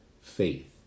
Faith